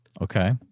Okay